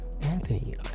anthony